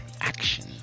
action